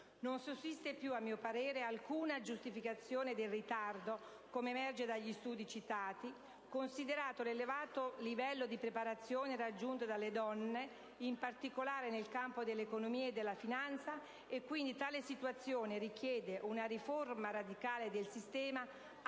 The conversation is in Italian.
Non sussiste, più a mio parere, alcuna giustificazione del ritardo, come emerge dagli studi citati, considerato l'elevato livello di preparazione raggiunto dalle donne, in particolare nel campo dell'economia e della finanza, e quindi tale situazione richiede una riforma radicale del sistema,